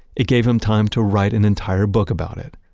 it gave him time to write an entire book about it.